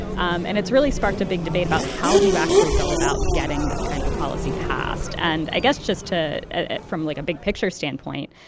um and it's really sparked a big debate about how do you actually go about getting this kind of a policy passed? and i guess just to from, like, a big-picture standpoint,